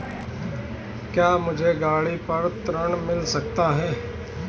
क्या मुझे गाड़ी पर ऋण मिल सकता है?